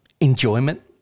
enjoyment